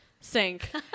sink